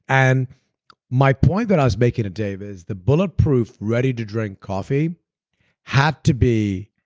and my point that i was making at dave is the bulletproof readyto-drink coffee had to be